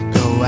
go